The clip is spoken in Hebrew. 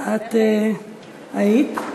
את היית?